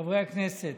חברי הכנסת,